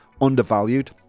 undervalued